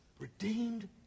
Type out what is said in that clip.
Redeemed